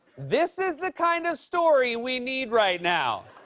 this is the kind of story we need right now.